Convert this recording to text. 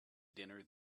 dinner